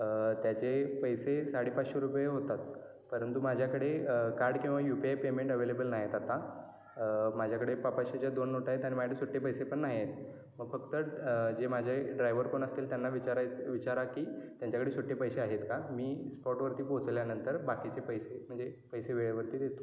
त्याचे पैसे साडेपाचशे रुपये होतात परंतु माझ्याकडे कार्ड किंवा U P I payment available नाहीत आत्ता माझ्याकडे पा पाचशेच्या दोन नोटा आहेत आणि माझ्याकडे सुट्टे पैसे पण नाही आहेत फक्त जे माझे ड्रायव्हर कोण असतील त्यांना विचाराय विचारा की त्यांच्याकडे सुट्टे पैसे आहेत का मी स्पॉटवरती पोहोचल्यानंतर बाकीचे पैसे म्हणजे पैसे वेळेवरती देतो